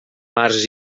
març